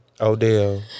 Odell